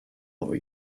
over